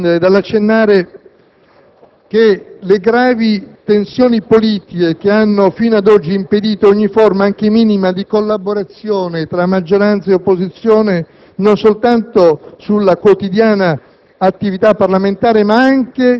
Ma non posso prescindere dall'accennare che le gravi tensioni politiche che hanno fino ad oggi impedito ogni forma, anche minima, di collaborazione tra maggioranza e opposizione non soltanto sulla quotidiana